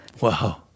Wow